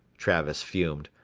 travis fumed,